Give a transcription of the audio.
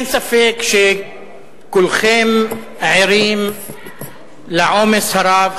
אין ספק שכולכם ערים לעומס הרב,